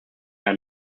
are